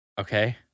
Okay